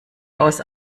aus